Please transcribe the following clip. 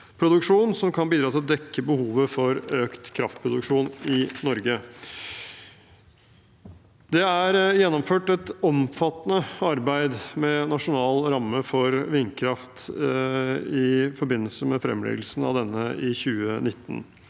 som kan bidra til å dekke behovet for økt kraftproduksjon i Norge. Det er gjennomført et omfattende arbeid med Nasjonal ramme for vindkraft i forbindelse med fremleggelsen av denne i 2019.